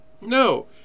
no